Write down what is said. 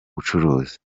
bucuruzi